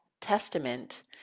testament